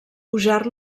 pujar